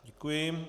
Děkuji.